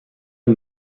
amb